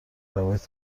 روایت